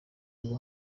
ngo